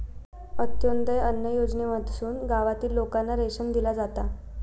अंत्योदय अन्न योजनेमधसून गावातील लोकांना रेशन दिला जाता